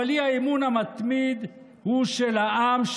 אבל האי-אמון המתמיד הוא של העם,